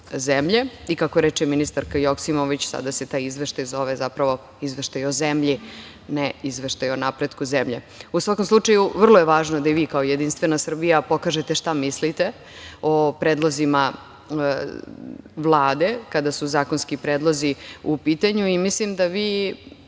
I kako reče ministarka Joksimović, sada se taj izveštaj zove zapravo Izveštaj o zemlji, ne izveštaj o napretku zemlje.U svakom slučaju, vrlo je važno da i vi kao JS pokažete šta mislite o predlozima Vlade kada su zakonski predlozi u pitanju. Mislim da vi